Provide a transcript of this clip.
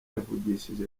yavugishije